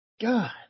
God